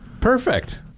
Perfect